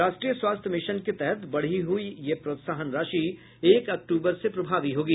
राष्ट्रीय स्वास्थ्य मिशन के तहत बढ़ी हुई यह प्रोत्साहन राशि एक अक्टूबर से प्रभावी होगी